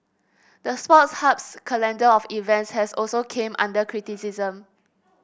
the Sports Hub's calendar of events has also came under criticism